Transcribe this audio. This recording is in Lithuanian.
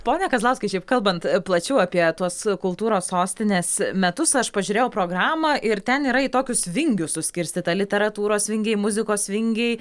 pone kazlauskai šiaip kalbant plačiau apie tuos kultūros sostinės metus aš pažiūrėjau programą ir ten yra į tokius vingius suskirstyta literatūros vingiai muzikos vingiai